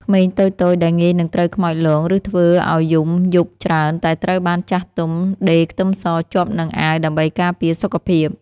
ក្មេងតូចៗដែលងាយនឹងត្រូវខ្មោចលងឬធ្វើឱ្យយំយប់ច្រើនតែត្រូវបានចាស់ទុំដេរខ្ទឹមសជាប់នឹងអាវដើម្បីការពារសុខភាព។